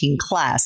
class